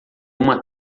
uma